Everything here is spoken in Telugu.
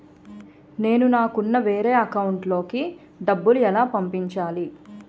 నేను నాకు ఉన్న వేరే అకౌంట్ లో కి డబ్బులు ఎలా పంపించాలి?